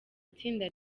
itsinda